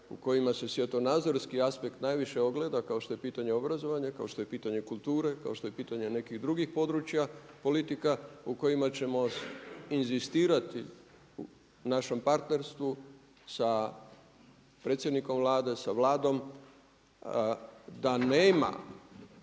u kojima se svjetonazorski aspekt najviše ogleda kao što je pitanje obrazovanja, kao što je pitanje kulture, kao što je pitanje nekih drugih područja politika u kojima ćemo inzistirati u našem partnerstvu sa predsjednikom Vlade, sa Vladom da nema